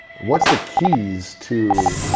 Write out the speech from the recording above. what's the keys to